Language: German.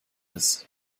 ist